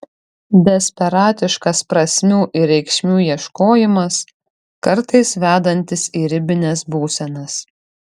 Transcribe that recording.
desperatiškas prasmių ir reikšmių ieškojimas kartais vedantis į ribines būsenas